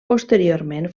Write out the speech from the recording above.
posteriorment